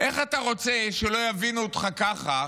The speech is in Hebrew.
איך אתה רוצה שלא יבינו אותך ככה,